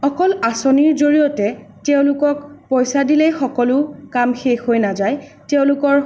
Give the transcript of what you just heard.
অকল আঁচনিৰ জড়িয়তে তেওঁলোকক পইচা দিলেই সকলো কাম শেষ হৈ নাযায় তেওঁলোকৰ